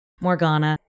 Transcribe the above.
Morgana